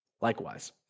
likewise